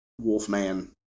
wolfman